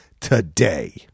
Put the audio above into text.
today